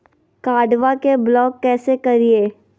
कार्डबा के ब्लॉक कैसे करिए?